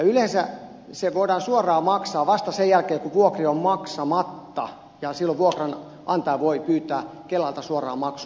yleensä se voidaan suoraan maksaa vasta sen jälkeen kun vuokria on maksamatta ja silloin vuokranantaja voi pyytää kelalta suoraan maksua